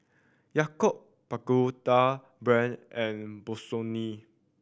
Yakult Pagoda Brand and Bossini